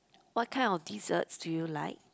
what kind of desserts do you like